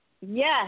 Yes